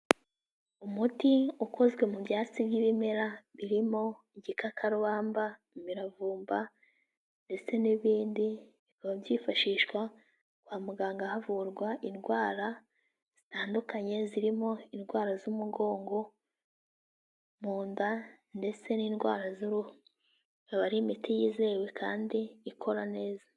Umuti ukozwe mu byatsi nk'ibimera, birimo igikakarubamba, imiravumba ndetse n'ibindi, bikaba byifashishwa kwa muganga havurwa indwara zitandukanye, zirimo indwara z'umugongo, mu nda ndetse n'indwara z'uruhu, ikaba ari imiti yizewe kandi ikora neza.